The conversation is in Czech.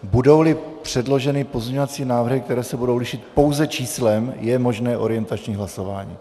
Budouli předloženy pozměňovací návrhy, které se budou lišit pouze číslem, je možné orientační hlasování.